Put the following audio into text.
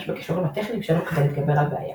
בכישורים הטכניים שלו כדי להתגבר על בעיה.